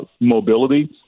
mobility